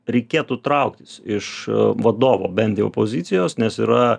reikėtų trauktis iš vadovo bent jau pozicijos nes yra